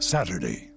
Saturday